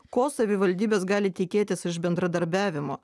ko savivaldybės gali tikėtis iš bendradarbiavimo